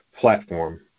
platform